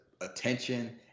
attention